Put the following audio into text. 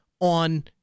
on